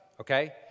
okay